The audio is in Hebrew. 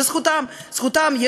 זו זכותם.